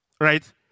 right